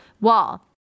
wall